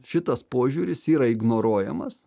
šitas požiūris yra ignoruojamas